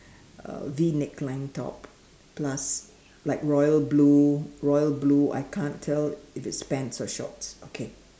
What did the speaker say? uh V neck line top plus like royal blue royal blue I can't tell if it is pants or shorts okay